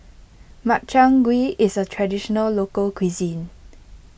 Makchang Gui is a Traditional Local Cuisine